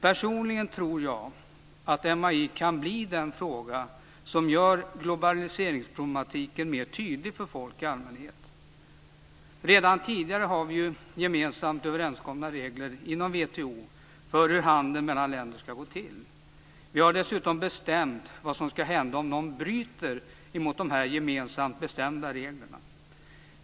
Personligen tror jag att MAI kan bli den fråga som gör globaliseringsproblematiken tydlig för folk i allmänhet. Redan tidigare har vi ju gemensamt överenskomna regler inom WTO för hur handeln mellan länder skall gå till. Vi har dessutom bestämt vad som skall hända om någon bryter mot de här gemensamt bestämda reglerna.